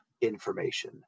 information